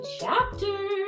Chapter